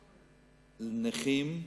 לנכים,